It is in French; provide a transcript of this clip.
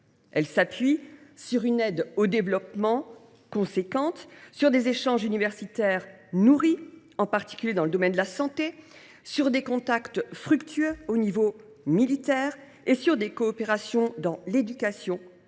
Elles s’appuient sur une aide au développement conséquente, sur des échanges universitaires nourris – en particulier dans le domaine de la santé –, sur des contacts fructueux au niveau militaire et sur des coopérations dans l’éducation, le